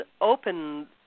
open